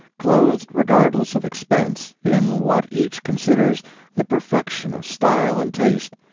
clothed regardless of expense in what each considers the perfection of style and taste,